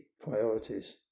priorities